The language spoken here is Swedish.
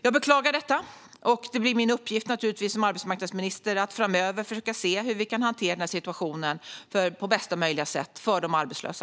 Jag beklagar detta, och det blir naturligtvis min uppgift som arbetsmarknadsminister att framöver försöka se hur vi kan hantera situationen på bästa möjliga sätt för de arbetslösa.